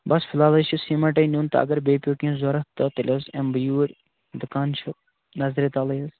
بَس فِلحال حظ چھِ سیٖمٮ۪نٛٹٕے نیُن تہٕ اگر بیٚیہِ پیوٚو کیٚنہہ ضوٚرَتھ تہٕ تیٚلہِ حظ یِم بہٕ یوٗرۍ دُکان چھُ نظرِ تَلٕے حظ